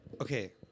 Okay